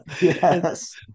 Yes